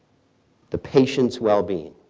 the patient's well-being.